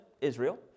Israel